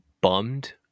bummed